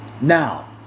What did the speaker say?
Now